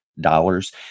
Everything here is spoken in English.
dollars